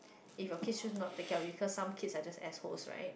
if you kid choose not take care of you cause some kids are just ass hole right